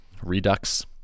Redux